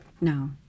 no